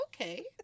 okay